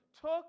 took